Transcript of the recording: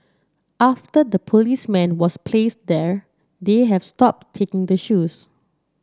after the policeman was placed there they have stopped taking the shoes